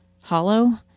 hollow